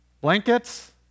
blankets